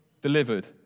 delivered